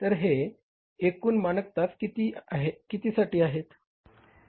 तर हे एकूण मानक तास कितीसाठी आहेत